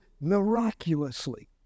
miraculously